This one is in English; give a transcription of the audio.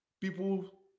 people